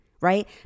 right